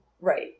Right